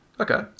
Okay